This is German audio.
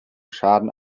schaden